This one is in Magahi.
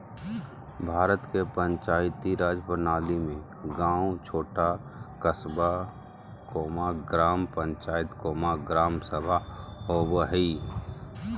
भारत के पंचायती राज प्रणाली में गाँव छोटा क़स्बा, ग्राम पंचायत, ग्राम सभा होवो हइ